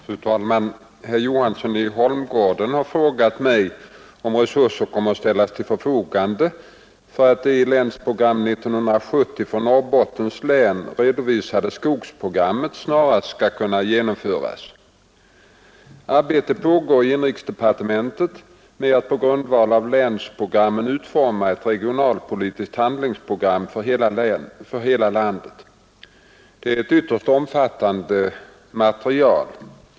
Fru talman! Herr Johansson i Holmgården har frågat mig om resurser kommer att ställas till förfogande för att det i Länsprogram 1970 för Norrbottens län redovisade skogsprogrammet snarast skall kunna genomföras. Arbete pågår i inrikesdepartementet med att på grundval av länsprogrammen utforma ett regionalpolitiskt handlingsprogram för hela landet. Det är ett ytterst omfattande material.